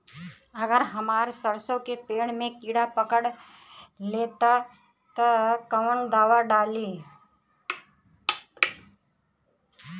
अगर हमार सरसो के पेड़ में किड़ा पकड़ ले ता तऽ कवन दावा डालि?